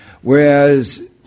Whereas